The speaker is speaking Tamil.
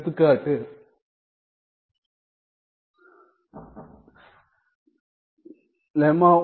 கா லெம்மா 1